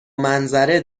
منظره